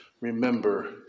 remember